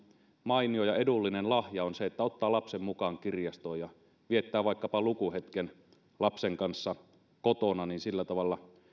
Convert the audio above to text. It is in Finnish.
mainio ja edullinen lahja on se että ottaa lapsen mukaan kirjastoon ja viettää vaikkapa lukuhetken lapsen kanssa kotona sillä tavalla